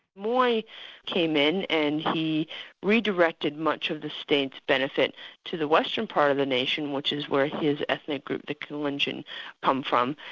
moi came in and he redirected much of the state's benefit to the western part of the nation which is where his ethnic group, the kalenjin come from,